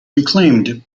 reclaimed